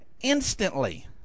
instantly